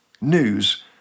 News